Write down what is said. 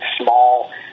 small